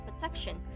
protection